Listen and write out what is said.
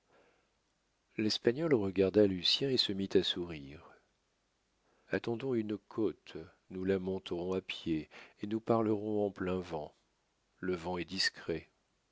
l'espagnol regarda lucien et se mit à sourire attendons une côte nous la monterons à pied et nous parlerons en plein vent le vent est discret